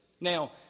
Now